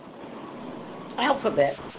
Alphabet